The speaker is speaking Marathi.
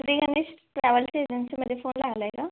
श्रीगणेश ट्रॅव्हल्स एजन्सीमध्ये फोन लागला आहे का